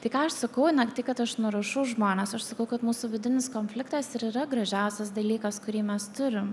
tai ką aš sakau ne tai kad aš nurašau žmones aš sakau kad mūsų vidinis konfliktas ir yra gražiausias dalykas kurį mes turim